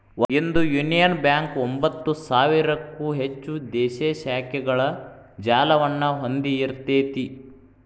ಇಂದು union bank ಒಂಭತ್ತು ಸಾವಿರಕ್ಕೂ ಹೆಚ್ಚು ದೇಶೇ ಶಾಖೆಗಳ ಜಾಲವನ್ನ ಹೊಂದಿಇರ್ತೆತಿ